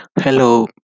Hello